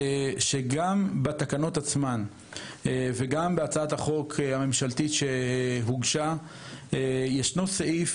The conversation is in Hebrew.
גם בתקנות וגם בהצעת החוק הממשלתית שהוגשה ישנו סעיף,